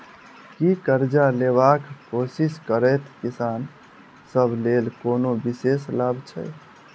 की करजा लेबाक कोशिश करैत किसान सब लेल कोनो विशेष लाभ छै?